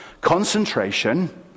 Concentration